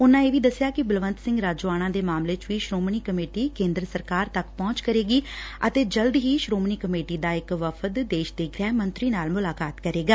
ਉਨਾਂ ਇਹ ਵੀ ਦਸਿਆ ਕੈ ਬਲਵੰਤ ਸਿੰਘ ਰਾਜੋਆਣਾ ਦੇ ਮਾਮਲੇ ਚ ਵੀ ਸ੍ਰੋਮਣੀ ਕਮੇਟੀ ਕੇਦਰ ਸਰਕਾਰ ਤੱਕ ਂਪਹੁੰਚ ਕਰੇਗੀ ਅਤੇ ਜਲਦ ਹੀ ਸ੍ਰੋਮਣੀ ਕਮੇਟੀ ਦਾ ਇਕ ਵਫ਼ਦ ਦੇਸ਼ ਦੇ ਗ੍ਰਹਿ ਮੰਤਰੀ ਨਾਲ ਮੁਲਾਕਾਤ ਕਰੇਗਾ